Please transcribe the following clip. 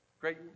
Great